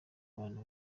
abantu